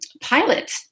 pilot